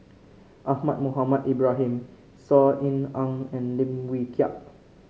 Ahmad Mohamed Ibrahim Saw Ean Ang and Lim Wee Kiak